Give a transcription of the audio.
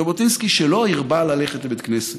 ז'בוטינסקי, שלא הרבה ללכת לבית הכנסת,